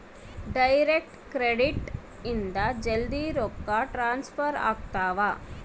direct credit ಇಂದ ಜಲ್ದೀ ರೊಕ್ಕ ಟ್ರಾನ್ಸ್ಫರ್ ಆಗ್ತಾವ